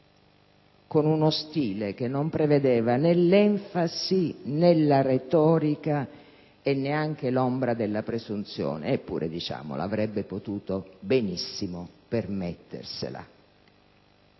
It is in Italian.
con uno stile che non prevedeva né l'enfasi, né la retorica e neanche l'ombra della presunzione. Eppure diciamolo: avrebbe potuto benissimo permettersela;